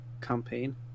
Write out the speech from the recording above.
campaign